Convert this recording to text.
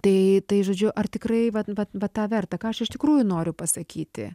tai tai žodžiu ar tikrai vat vat vat tą verta ką aš iš tikrųjų noriu pasakyti